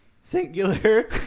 Singular